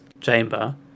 chamber